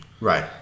Right